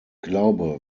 glaube